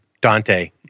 Dante